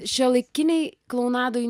šiuolaikinėj klounadoj